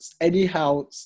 Anyhow